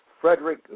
Frederick